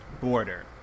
border